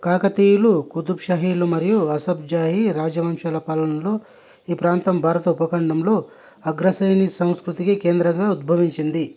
కాకతీయులు కుతుబ్షాహీలు మరియు అసబ్జాహి రాజవంశ పాలనలో ఈ ప్రాంతం భారత ఉపఖండంలో అగ్రశైలి సంస్కృతికి కేంద్రంగా ఉద్బవించింది